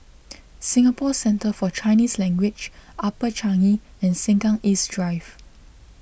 Singapore Centre For Chinese Language Upper Changi and Sengkang East Drive